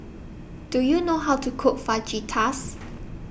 Do YOU know How to Cook Fajitas